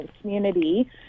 community